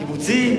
קיבוצים?